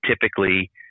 typically